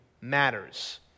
matters